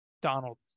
Donald